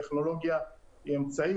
הטכנולוגיה היא אמצעי,